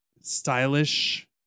stylish